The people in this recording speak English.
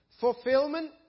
fulfillment